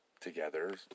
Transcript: together